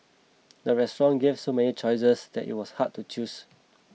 the restaurant gave so many choices that it was hard to choose